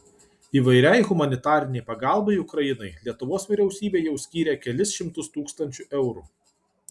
įvairiai humanitarinei pagalbai ukrainai lietuvos vyriausybė jau skyrė kelis šimtus tūkstančių eurų